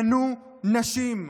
מנו נשים.